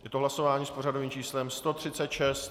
Je to hlasování s pořadovým číslem 136.